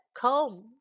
Comb